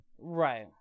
Right